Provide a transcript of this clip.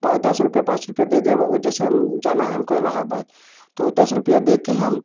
पाँच दस रुपये पाँच रुपये दे कर जैसे हम जाना है हम को इलाहाबाद तो दस रुपये दे कर हम